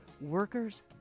workers